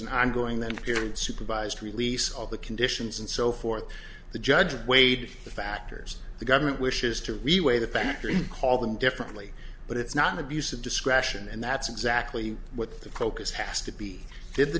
an ongoing then period supervised release all the conditions and so forth the judge weighed the factors the government wishes to really weigh the factory call them different but it's not an abuse of discretion and that's exactly what the focus has to be did the